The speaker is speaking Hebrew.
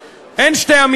אין שתי משמעויות,